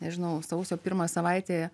nežinau sausio pirmą savaitę